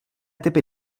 typy